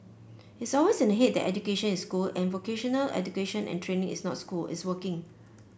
it's always in the head that education is school and vocational education and training is not school it's working